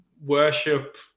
worship